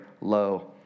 low